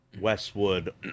Westwood